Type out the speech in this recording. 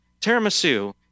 Tiramisu